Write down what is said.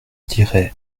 dirai